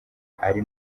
ari